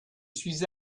suis